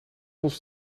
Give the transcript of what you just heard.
ons